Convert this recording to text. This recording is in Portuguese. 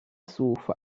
surfa